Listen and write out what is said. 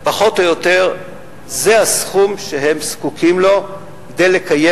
זה פחות או יותר הסכום שהם זקוקים לו כדי לקיים